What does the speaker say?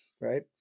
right